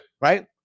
Right